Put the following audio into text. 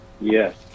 Yes